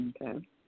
Okay